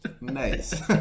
Nice